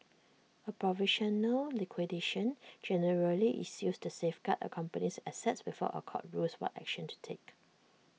A provisional liquidation generally is used to safeguard A company's assets before A court rules what action to take